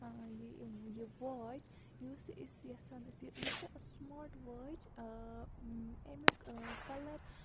یہِ واچ یُس أسۍ یَژھان أسۍ یہِ چھِ سٕماٹ واچ اَمیُک کَلَر